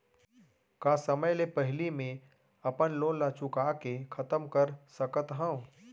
का समय ले पहिली में अपन लोन ला चुका के खतम कर सकत हव?